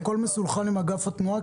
הכול מסונכרן עם אגף התנועה?